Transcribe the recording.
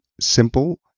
simple